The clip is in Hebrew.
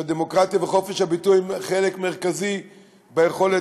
שהדמוקרטיה וחופש הביטוי הם חלק מרכזי ביכולת